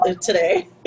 today